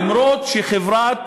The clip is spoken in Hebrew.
אף שחברת